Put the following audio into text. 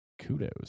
Kudos